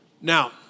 Now